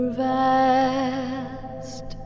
vast